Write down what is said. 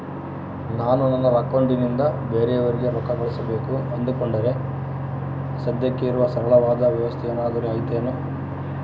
ನಾನು ನನ್ನ ಅಕೌಂಟನಿಂದ ಬೇರೆಯವರಿಗೆ ರೊಕ್ಕ ಕಳುಸಬೇಕು ಅಂದುಕೊಂಡರೆ ಸದ್ಯಕ್ಕೆ ಇರುವ ಸರಳವಾದ ವ್ಯವಸ್ಥೆ ಏನಾದರೂ ಐತೇನು?